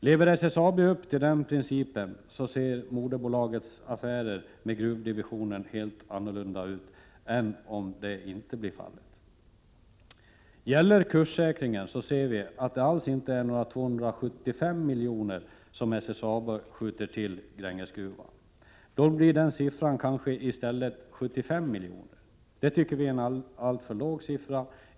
Lever SSAB upp till den principen ser moderbolagets affärer med gruvdivisionen helt annorlunda ut än om det inte blir fallet. Gäller kurssäkringen så ser vi att det inte alls är 275 miljoner som SSAB tillskjuter till Grängesgruvan. Siffran blir då kanske i stället 75 miljoner. Det tycker vi är en alltför låg siffra.